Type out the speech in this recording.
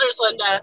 Linda